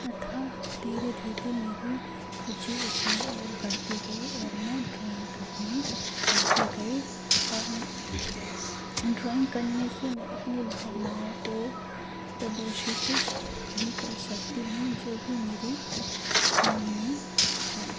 तथा धीरे धीरे मेरी रुचि उसमें और बढ़ती गई और मैं ड्राॅइंग करने करते गई और ड्राॅइंग करने से मैं अपनी भावनाओं को प्रदर्शित भी कर सकती हूँ जो भी मेरे मन में हैं